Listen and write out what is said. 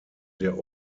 der